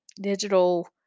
digital